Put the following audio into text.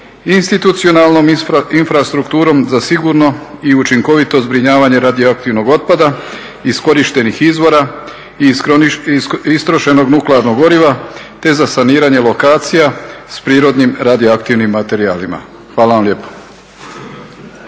institucionalnom infrastrukturom za sigurno i učinkovito zbrinjavanje radioaktivnog otpada, iskorištenih izvora i istrošenog nuklearnog goriva te za saniranje lokacija s prirodnim radioaktivnim materijalima. Hvala vam lijepo.